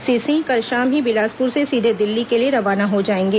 श्री सिंह कल शाम ही बिलासपुर से सीधे दिल्ली के लिए रवाना हो जाएंगे